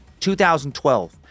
2012